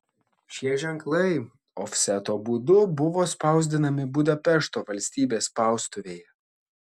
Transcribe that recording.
šie ženklai ofseto būdu buvo spausdinami budapešto valstybės spaustuvėje